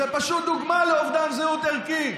זה פשוט דוגמה לאובדן זהות ערכי.